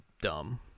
dumb